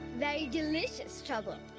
very delicious trouble.